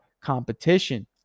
competition